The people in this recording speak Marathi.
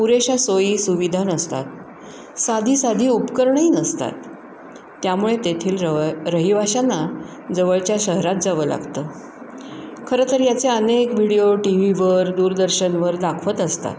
पुरेशा सोयीसुविधा नसतात साधी साधी उपकरणंही नसतात त्यामुळे तेथील रव रहिवाशांना जवळच्या शहरात जावं लागतं खरं तर याचे अनेक व्हिडिओ टी व्हीवर दूरदर्शनवर दाखवत असतात